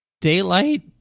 daylight